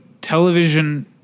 television